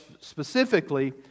specifically